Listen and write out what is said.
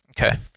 Okay